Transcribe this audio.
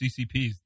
CCPs